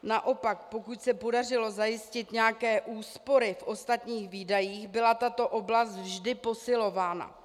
Naopak, pokud se podařilo zajistit nějaké úspory v ostatních výdajích, byla tato oblast vždy posilována.